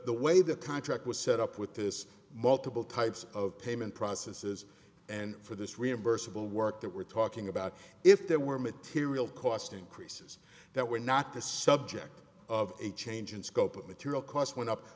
the way the contract was set up with this multiple types of payment processes and for this reimbursable work that we're talking about if there were material cost increases that were not the subject of a change in scope of material cost went up